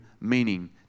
meaning